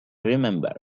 remember